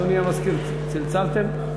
אדוני המזכיר, צלצלתם?